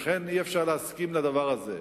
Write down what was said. לכן אי-אפשר להסכים לדבר הזה.